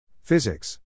Physics